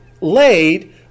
laid